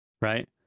right